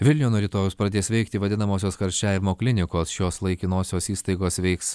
vilniuje nuo rytojaus pradės veikti vadinamosios karščiavimo klinikos šios laikinosios įstaigos veiks